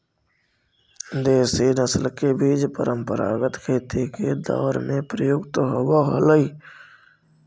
देशी नस्ल के बीज परम्परागत खेती के दौर में प्रयुक्त होवऽ हलई